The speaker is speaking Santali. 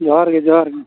ᱡᱚᱦᱟᱨ ᱜᱮ ᱡᱚᱦᱟᱨ ᱜᱮ